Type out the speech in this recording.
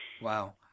Wow